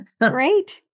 Great